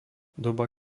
doba